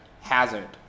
hazard